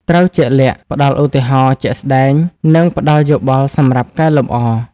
ត្រូវជាក់លាក់ ផ្តល់ឧទាហរណ៍ជាក់ស្តែង និងផ្តល់យោបល់សម្រាប់កែលម្អ។